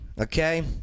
Okay